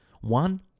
One